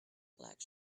black